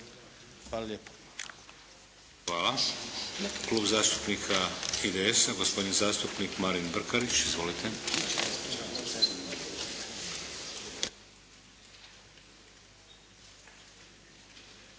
Hvala. Klub zastupnika IDS-a, gospodin zastupnik Marin Brkarić. Izvolite.